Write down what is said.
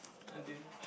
until